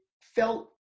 felt